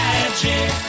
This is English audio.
Magic